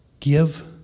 give